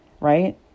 right